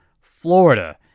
Florida